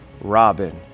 Robin